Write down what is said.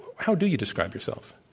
how do you describe yourself?